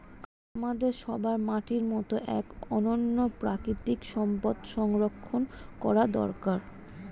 আমাদের সবার মাটির মতো এক অনন্য প্রাকৃতিক সম্পদ সংরক্ষণ করা দরকার